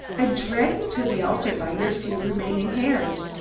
i'd drag you to the altar by your few remaining hairs.